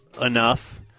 enough